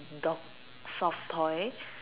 dog soft toy